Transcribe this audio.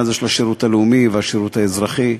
הזה של השירות הלאומי והשירות האזרחי.